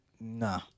nah